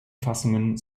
fassungen